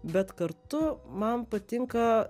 bet kartu man patinka